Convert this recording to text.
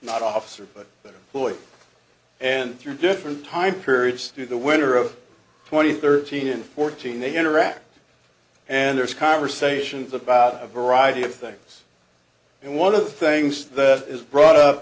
not officer but boy and through different time periods through the winter of twenty thirteen and fourteen they interact and there's conversations about a variety of things and one of the things that is brought up